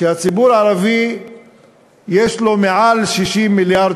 שהציבור הערבי יש לו מעל 60 מיליארד